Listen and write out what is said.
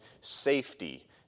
safety